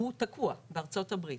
הוא תקוע בארצות הברית.